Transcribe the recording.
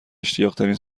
اشتیاقترین